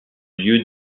lieu